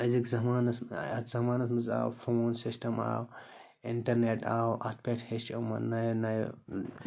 أزِکۍ زَمانَس یَتھ زَمانَس منٛز آو فون سِسٹَم آو اِنٹَرنٮ۪ٹ آو اَتھ پٮ۪ٹھ ہیٚچھ یِمو نَیو نَیو